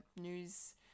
news